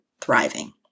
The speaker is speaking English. thriving